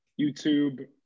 YouTube